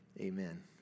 amen